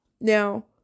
Now